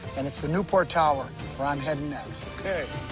and it's the newport tower where i'm heading next. okay.